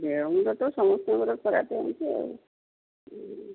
ଦେହ ମୁଣ୍ଡ ତ ସମସ୍ତଙ୍କର ଖରାପ ହେଉଛି ଆଉ